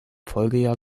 folgejahr